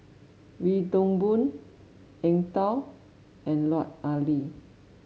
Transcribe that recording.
Wee Toon Boon Eng Tow and Lut Ali